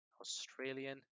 Australian